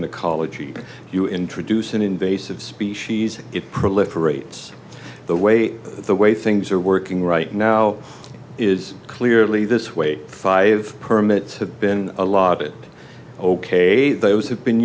an ecology you introduce an invasive species it proliferates the way the way things are working right now is clearly this way five permits have been allotted ok those have been